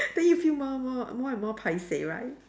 then you feel more and more more and more paiseh right